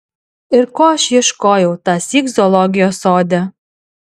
ir ko aš ieškojau tąsyk zoologijos sode